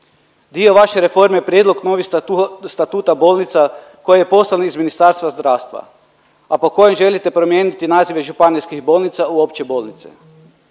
Dio vaše reforme, prijedlog novih statuta bolnica koji je poslan iz Ministarstva zdravstva, a po kojem želite promijeniti nazive županijskih bolnica u opće bolnice.